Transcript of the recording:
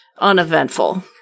Uneventful